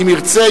אם ירצה,